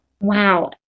Wow